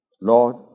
Lord